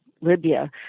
Libya